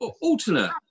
Alternate